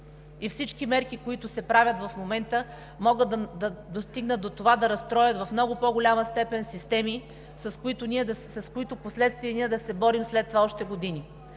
а всички мерки, които се вземат в момента, могат да достигнат до това, че да разстроят в много по-голяма степен системите, с които в последствие да се борим с години?